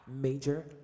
Major